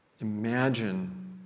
Imagine